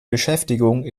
beschäftigung